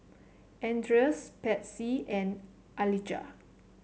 Andres Patsy and Alijah